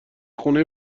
خونه